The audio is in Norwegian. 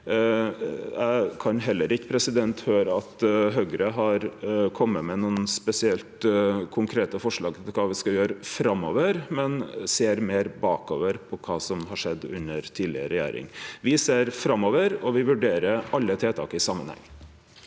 Eg kan heller ikkje høyre at Høgre har kome med nokon spesielt konkrete forslag til kva me skal gjere framover, men ser meir bakover, på kva som har skjedd under tidlegare regjering. Me ser framover, og me vurderer alle tiltak i samanheng.